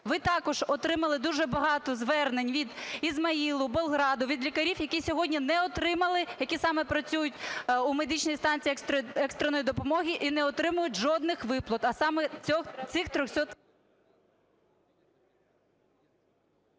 ви також отримали дуже багато звернень від Ізмаїла, Болграда, від лікарів, які сьогодні не отримали, які саме працюють у медичних станціях екстреної допомоги, і не отримують жодних виплат,